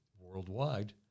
worldwide